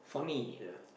um yeah